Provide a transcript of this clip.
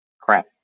crap